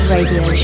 Radio